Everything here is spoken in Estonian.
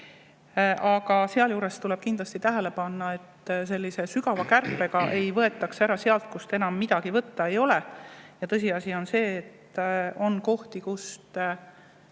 aga sealjuures tuleb kindlasti tähele panna, et sellise sügava kärpega ei võetaks ära sealt, kust enam midagi võtta ei ole. Tõsiasi on see, et on kohti, kust